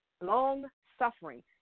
long-suffering